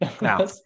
Now